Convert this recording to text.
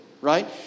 right